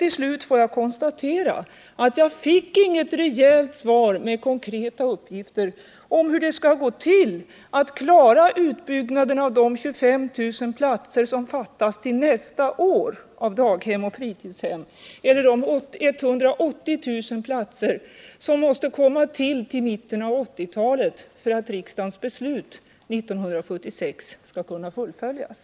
Till slut måste jag konstatera att jag inte fick något rejält svar med konkreta uppgifter om hur det skall gå till att klara utbyggnaden av de 25 000 platser som fattas till nästa år i dagoch fritidshem eller de 180 000 platser som måste komma till fram mot mitten av 1980-talet för att riksdagens beslut 1976 skall kunna fullföljas.